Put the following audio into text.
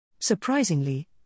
Surprisingly